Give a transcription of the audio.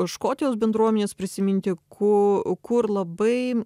škotijos bendruomenės prisiminti ku kur labai